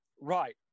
right